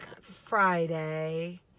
Friday